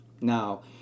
Now